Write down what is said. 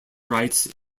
rites